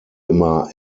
immer